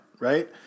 right